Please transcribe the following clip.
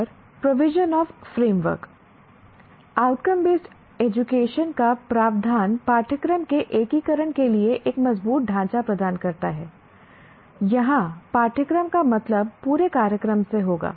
और provision of framework outcome based education का प्रावधान पाठ्यक्रम के एकीकरण के लिए एक मजबूत ढांचा प्रदान करता है यहां पाठ्यक्रम का मतलब पूरे कार्यक्रम से होगा